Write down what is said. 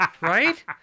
right